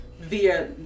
via